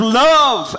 love